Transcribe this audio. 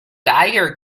dagger